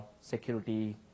security